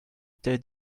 they